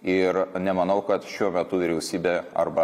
ir nemanau kad šiuo metu vyriausybė arba